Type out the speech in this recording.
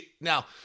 now